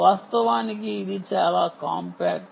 వాస్తవానికి ఇది చాలా కాంపాక్ట్